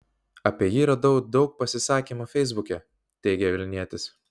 apie jį radau daug pasisakymų feisbuke teigė vilnietis